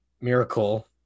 miracle